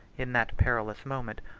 in that perilous moment,